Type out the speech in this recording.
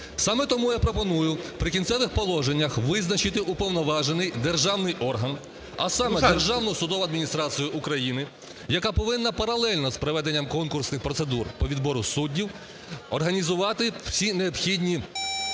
Саме тому я пропоную в "Прикінцевих положеннях" визначити уповноважений державний орган, а саме Державну судову адміністрацію України, яка повинна паралельно з проведенням конкурсних процедур по відбору суддів організувати всі необхідні